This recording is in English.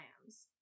Lambs